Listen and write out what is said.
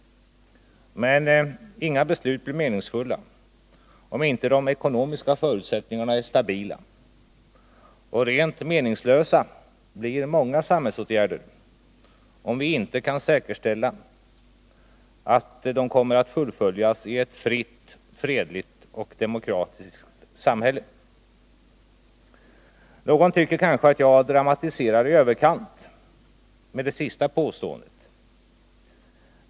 Men inga beslut blir meningsfulla om inte de ekonomiska förutsättningarna är stabila. Rent meningslösa blir många samhällsåtgärder om vi inte kan säkerställa att de fullföljs i ett fritt, fredligt och demokratiskt samhälle. Någon tycker kanske att jag genom det senaste påståendet dramatiserar i överkant.